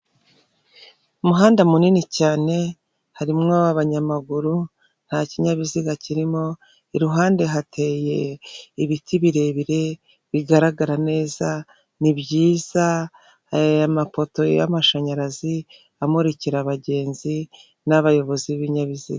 Umuhanda munini cyane harimwo abanyamaguru nta kinyabiziga kirimo, iruhande hateye ibiti birebire bigaragara neza ni byiza, amapoto y'amashanyarazi amurikira abagenzi n'abayobozi b'ibinyabiziga.